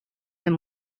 him